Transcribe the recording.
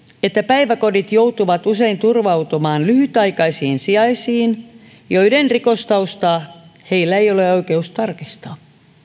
että päiväkodit joutuvat usein turvautumaan lyhytaikaisiin sijaisiin joiden rikostaustaa heillä ei ole oikeus tarkistaa